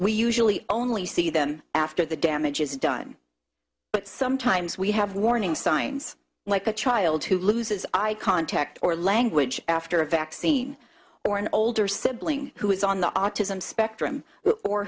we usually only see them after the damage is done but sometimes we have warning signs like a child who loses eye contact or language after a vaccine or an older sibling who is on the autism spectrum or